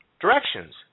directions